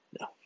No